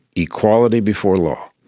equality before law.